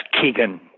Keegan